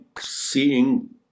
seeing